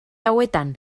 hauetan